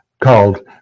called